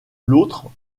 l’autre